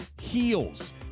heels